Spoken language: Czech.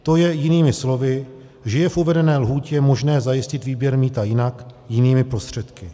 To je jinými slovy, že je v uvedené lhůtě možné zajistit výběr mýta jinak, jinými prostředky.